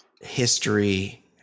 History